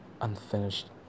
unfinished